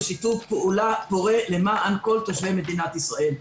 לשיתוף פעולה פורה למען כל תושבי מדינת ישראל.